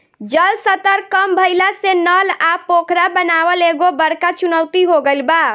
जल स्तर कम भइला से नल आ पोखरा बनावल एगो बड़का चुनौती हो गइल बा